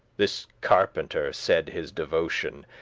this carpenter said his devotion,